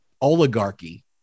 oligarchy